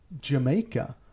Jamaica